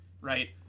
right